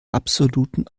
absoluten